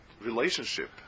relationship